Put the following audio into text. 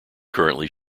currently